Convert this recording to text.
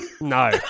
No